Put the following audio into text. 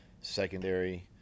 secondary